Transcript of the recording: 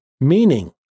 meaning